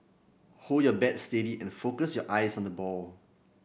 hold your bat steady and focus your eyes on the ball